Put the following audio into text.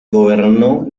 gobernó